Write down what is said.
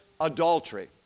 adultery